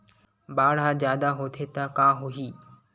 बाढ़ ह जादा होथे त का होही?